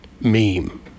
meme